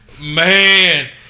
Man